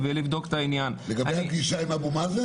ולי באופן אישי כואב שוועדת העלייה והקליטה, שאני